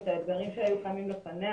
את האתגרים שהיו קיימים לפניה,